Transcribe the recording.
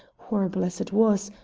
horrible as it was,